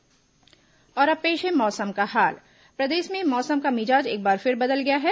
मौसम और अब पेश है मौसम का हाल प्रदेश में मौसम का मिजाज एक बार फिर बदल गया है